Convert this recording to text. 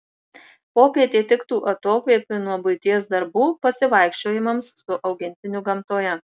popietė tiktų atokvėpiui nuo buities darbų pasivaikščiojimams su augintiniu gamtoje